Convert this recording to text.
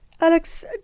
Alex